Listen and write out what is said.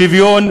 שוויון,